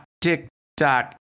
tick-tock